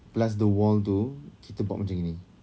plus the wall tu kita buat macam gini